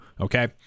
okay